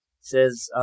says